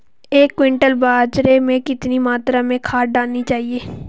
एक क्विंटल बाजरे में कितनी मात्रा में खाद डालनी चाहिए?